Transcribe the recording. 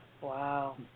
Wow